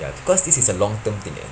ya because this is a long term thing eh